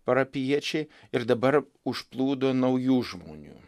parapijiečiai ir dabar užplūdo naujų žmonių